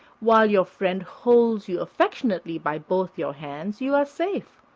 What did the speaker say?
while your friend holds you affectionately by both your hands you are safe,